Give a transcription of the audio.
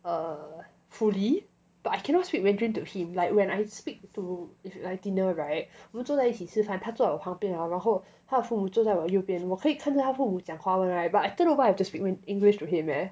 err fully but I cannot speak mandarin to him like when I speak to if like dinner [right] 我们坐在一起吃饭他坐我旁边 ah 然后他父母坐在我右边我可以看着他父母讲华文 right but I don't know why I have to speak in english to him eh